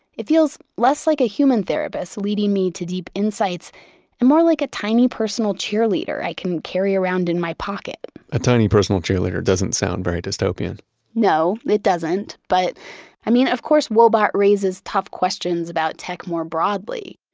it feels less like a human therapist leading me to deep insights and more like a tiny personal cheerleader i can carry around in my pocket a tiny personal cheerleader doesn't sound very dystopian no, it doesn't, but i mean of course woebot raises tough questions about tech more broadly.